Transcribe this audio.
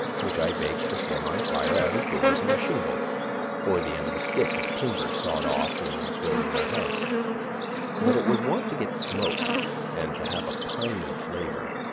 which i baked before my fire out of doors on a shingle or the end of a stick of timber sawed off in building my house but it was wont to get smoked and to have a piny flavor.